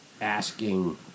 asking